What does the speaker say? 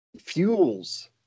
fuels